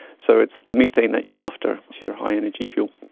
so it's the methane that you're after, it's your high energy fuel.